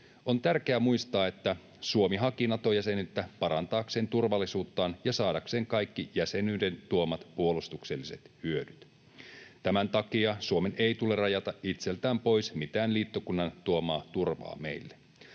On tärkeä muistaa, että Suomi haki Nato-jäsenyyttä parantaakseen turvallisuuttaan ja saadakseen kaikki jäsenyyden tuomat puolustukselliset hyödyt. Tämän takia Suomen ei tule rajata itseltään pois mitään liittokunnan tuomaa turvaa meille.